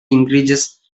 increases